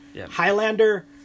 Highlander